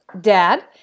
Dad